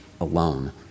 alone